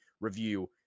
review